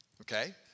Okay